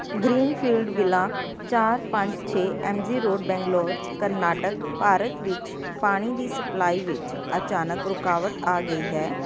Greenfield villa ਚਾਰ ਪੰਜ ਛੇ M G road Bangalore Karnataka Bharat ਵਿੱਚ ਪਾਣੀ ਦੀ ਸਪਲਾਈ ਵਿੱਚ ਅਚਾਨਕ ਰੁਕਾਵਟ ਆ ਗਈ ਹੈ